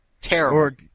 Terrible